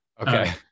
okay